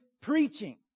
preaching